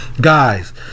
guys